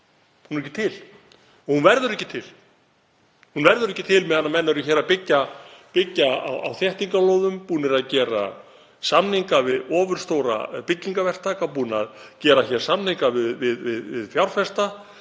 Hún er ekki til og verður ekki til. Hún verður ekki til meðan menn eru að byggja á þéttingarlóðum, búnir að gera samninga við ofurstóra byggingarverktaka, búnir að gera samninga við ofursterka